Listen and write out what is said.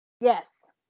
Yes